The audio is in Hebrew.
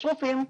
יש רופאים,